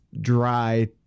dry